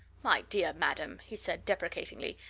my dear madam! he said deprecatingly.